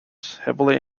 heavily